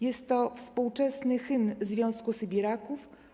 Jest to współczesny hymn Związku Sybiraków.